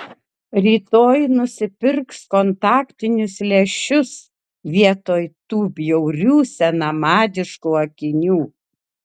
rytoj nusipirks kontaktinius lęšius vietoj tų bjaurių senamadiškų akinių